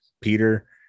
peter